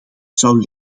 zou